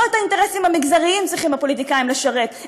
לא את האינטרסים המגזריים צריכים הפוליטיקאים לשרת,